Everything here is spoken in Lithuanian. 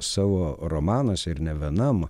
savo romanuose ir ne vienam